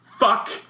Fuck